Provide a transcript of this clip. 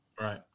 Right